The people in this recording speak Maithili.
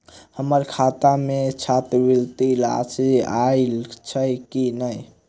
हम्मर खाता मे छात्रवृति राशि आइल छैय की नै?